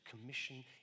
commission